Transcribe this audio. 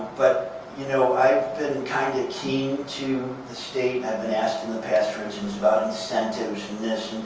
but you know i've been kind of keen to the state. i've been asked in the past, for instance, about incentives and this.